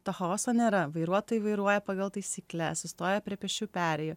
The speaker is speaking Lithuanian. to chaoso nėra vairuotojai vairuoja pagal taisykles sustoja prie pėsčiųjų perėjų